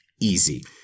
easy